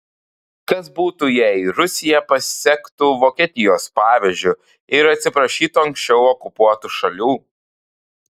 kas būtų jei rusija pasektų vokietijos pavyzdžiu ir atsiprašytų anksčiau okupuotų šalių